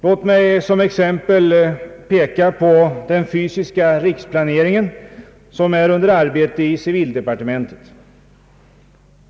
Låt mig som exempel peka på den fysiska riksplanering som är under arbete i civildepartementet.